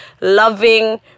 Loving